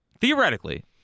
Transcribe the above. theoretically